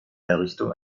errichtung